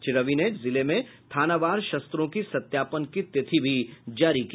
श्री रवि ने जिले में थानावार शस्त्रों की सत्यापन की तिथि भी जारी की